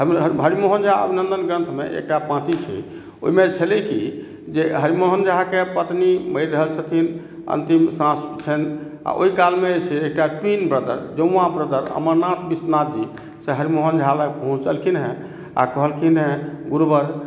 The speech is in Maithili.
हरिमोहन झा अभिनन्दन ग्रन्थमे एकटा पाँति छै ओहिमे छलै कि जे हरिमोहन झाकेँ पत्नी मरि रहल छथिन अन्तिम साँस छनि आ ओहि कालमे छै एकटा ट्विन ब्रदर जौआंँ ब्रदर अमरनाथ विश्वनाथ जी हरिमोहन झा लग पहुँचलखिन हेँ आ कहलखिन हेँ गुरुवर